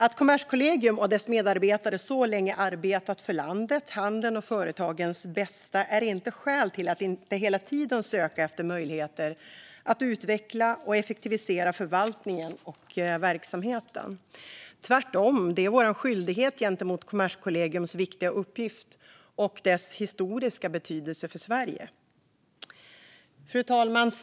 Att Kommerskollegium och dess medarbetare så länge har arbetat för landet, handeln och företagens bästa är inte skäl till att inte hela tiden söka efter möjligheter att utveckla och effektivisera förvaltningen och verksamheten - tvärtom är det vår skyldighet gentemot Kommerskollegiums viktiga uppgift och dess historiska betydelse för Sverige. Fru talman!